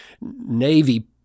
Navy